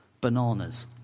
bananas